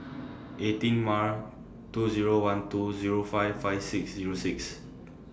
eighteen Mar two Zero one two Zero five five six Zero six